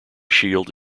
shield